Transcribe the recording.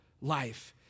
life